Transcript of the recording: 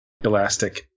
elastic